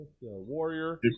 warrior